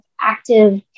active